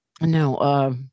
no